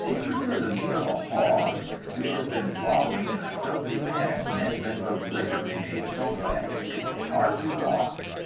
they prefer the meat of a hog which has been wallowing in a filthy pen, and has been deliberately made so fat that it could hardly walk!